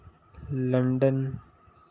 London